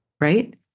right